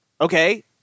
okay